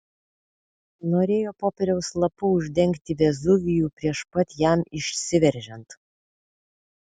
norėjo popieriaus lapu uždengti vezuvijų prieš pat jam išsiveržiant